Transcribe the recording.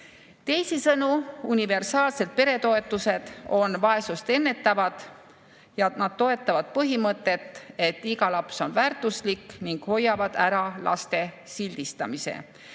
Teisisõnu, universaalsed peretoetused on vaesust ennetavad ja nad toetavad põhimõtet, et iga laps on väärtuslik, ning hoiavad ära laste sildistamise.